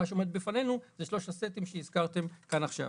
מה שעומד בפנינו זה שלושת הסטים שהזכרתם כאן עכשיו.